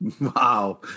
Wow